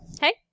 Hey